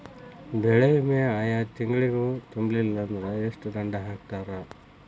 ಬೆಳೆ ವಿಮಾ ಆಯಾ ತಿಂಗ್ಳು ತುಂಬಲಿಲ್ಲಾಂದ್ರ ಎಷ್ಟ ದಂಡಾ ಹಾಕ್ತಾರ?